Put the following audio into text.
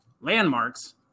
Landmarks